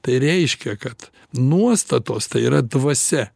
tai reiškia kad nuostatos tai yra dvasia